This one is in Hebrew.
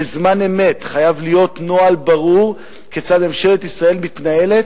בזמן אמת חייב להיות נוהל ברור כיצד ממשלת ישראל מתנהלת,